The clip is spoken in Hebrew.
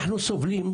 אנחנו סובלים,